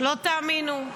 לא תאמינו.